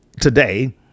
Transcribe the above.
today